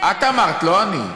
את אמרת, לא אני.